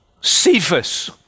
Cephas